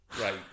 Right